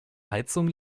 heizung